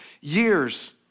years